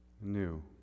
new